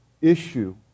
issue